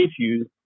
issues